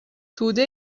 توده